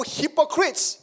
hypocrites